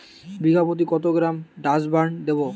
বিঘাপ্রতি কত গ্রাম ডাসবার্ন দেবো?